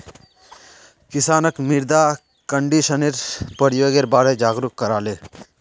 किसानक मृदा कंडीशनरेर प्रयोगेर बारे जागरूक कराले